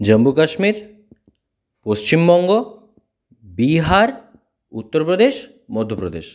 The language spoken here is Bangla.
জম্বু কাশ্মীর পশ্চিমবঙ্গ বিহার উত্তর প্রদেশ মধ্য প্রদেশ